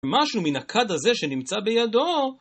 משהו מן הכד הזה שנמצא בידו?